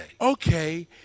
Okay